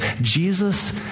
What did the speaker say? Jesus